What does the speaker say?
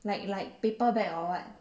like like paper bag or what